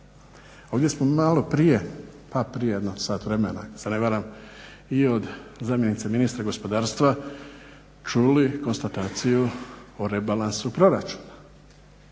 Ovdje smo maloprije, pa prije jedno sat vremena ako se ne varam, i od zamjenice ministra gospodarstva čuli konstataciju o rebalansu proračuna,